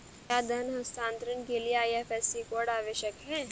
क्या धन हस्तांतरण के लिए आई.एफ.एस.सी कोड आवश्यक है?